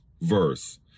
verse